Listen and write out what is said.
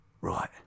right